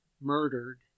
murdered